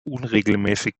unregelmäßig